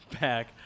back